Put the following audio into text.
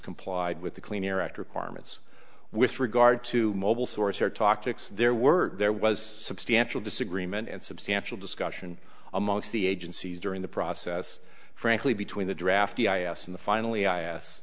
complied with the clean air act requirements with regard to mobile source or talk to x there were there was substantial disagreement and substantial discussion amongst the agencies during the process frankly between the draft and the finally i